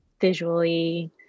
visually